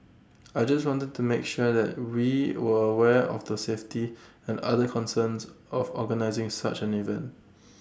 I just wanted to make sure that we were aware of the safety and other concerns of organising such an event